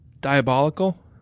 diabolical